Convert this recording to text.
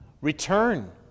Return